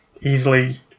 easily